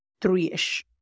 three-ish